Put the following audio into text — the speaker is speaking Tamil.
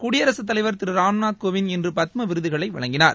குடியரசுத்தலைவர் திரு ராம்நாத் கோவிந்த் இன்று பத்ம விருதுகளை வழங்கினார்